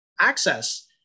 access